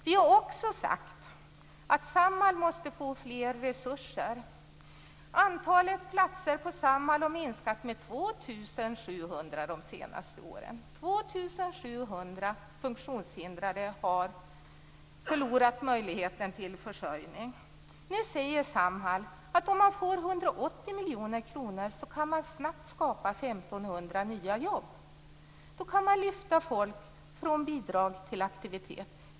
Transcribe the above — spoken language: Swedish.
Vi har också sagt att Samhall måste få mer resurser. Antalet platser på Samhall har minskat med 2 700 de senaste åren. 2 700 funktionshindrade har förlorat möjligheten till försörjning. Nu säger Samhall att om man får 180 miljoner kronor kan man snabbt skapa 1 500 nya jobb. Då kan man lyfta folk från bidrag till aktivitet.